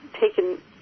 taken